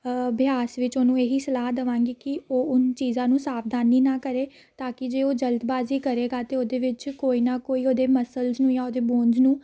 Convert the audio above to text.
ਅਭਿਆਸ ਵਿੱਚ ਉਹਨੂੰ ਇਹ ਹੀ ਸਲਾਹ ਦੇਵਾਂਗੀ ਕਿ ਉਹ ਉਹਨੂੰ ਚੀਜ਼ਾਂ ਨੂੰ ਸਾਵਧਾਨੀ ਨਾਲ ਕਰੇ ਤਾਂ ਕਿ ਜੇ ਉਹ ਜਲਦਬਾਜ਼ੀ ਕਰੇਗਾ ਅਤੇ ਉਹਦੇ ਵਿੱਚ ਕੋਈ ਨਾ ਕੋਈ ਉਹਦੇ ਮਸਲਜ਼ ਨੂੰ ਜਾਂ ਉਹਦੇ ਬੋਨਸ ਨੂੰ